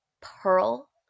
pearl